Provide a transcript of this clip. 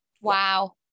wow